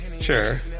sure